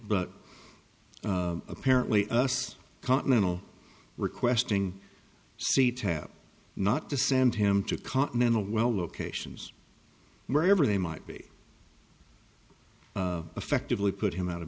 but apparently us continental requesting c tap not to send him to continental well locations wherever they might be effectively put him out of